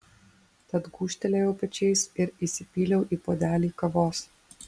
tad gūžtelėjau pečiais ir įsipyliau į puodelį kavos